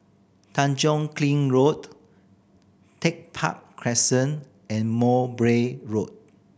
Tanjong Kling Road Tech Park Crescent and Mowbray Road